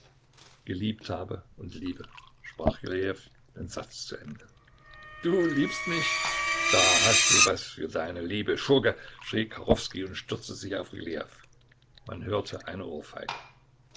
geliebt habe und liebe sprach rylejew den satz zu ende du liebst mich da hast du was für deine liebe schurke schrie kachowskij und stürzte sich auf rylejew man hörte eine ohrfeige